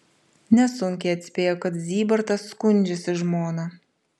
nesunkiai atspėjo kad zybartas skundžiasi žmona